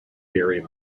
berry